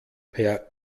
per